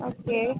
okay